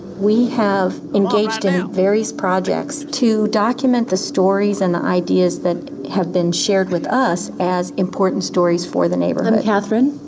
we have engaged in various projects to document the stories and the ideas that have been shared with us as important stories for the neighborhood. catherine,